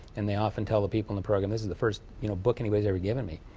and they often tell the people in the program, this is the first you know book anybody's ever given me.